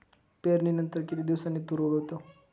पेरणीनंतर किती दिवसांनी तूर उगवतो?